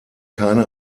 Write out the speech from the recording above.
keine